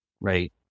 right